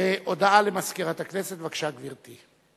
הודעה למזכירת הכנסת, בבקשה, גברתי.